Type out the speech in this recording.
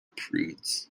prudes